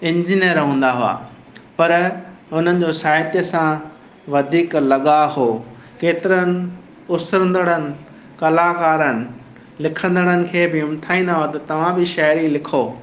engineer हूंदा हुआ पर हुननि जो साहित्य सां वधीक लॻाव हो केतरनि पुसंदड़नि कलाकारनि लिखदड़नि खे बि हिमताईंदा हुआ त तव्हां बि शायरी लिखो